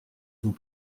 vous